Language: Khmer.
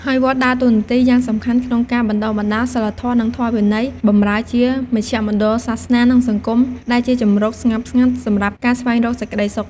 ហើយវត្តដើរតួនាទីយ៉ាងសំខាន់ក្នុងការ បណ្ដុះបណ្ដាលសីលធម៌ និងធម៌វិន័យ បម្រើជាមជ្ឈមណ្ឌលសាសនា និងសង្គម ដែលជាជម្រកស្ងប់ស្ងាត់សម្រាប់ការស្វែងរកសេចក្ដីសុខ។